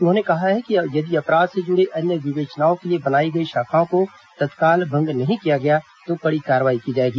उन्होंने कहा है कि यदि अपराध से जुड़े अन्य विवेचनाओं के लिए बनाई गई शाखाओं को तत्काल भंग नहीं किया गया तो कड़ी कार्रवाई की जाएगी